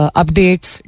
updates